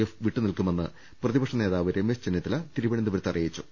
F വിട്ടു നിൽക്കുമെന്ന് പ്രതിപക്ഷ നേതാവ് രമേശ് ചെന്നി ത്തല തിരുവനന്തപുരത്ത് അറിയിച്ചു